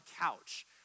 couch